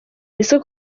ese